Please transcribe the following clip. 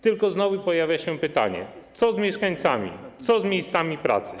Tylko znowu pojawia się pytanie: Co z mieszkańcami, co z miejscami pracy?